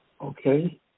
Okay